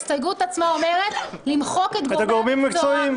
ההסתייגות עצמה אומרת שצריך למחוק את גורמי המקצוע,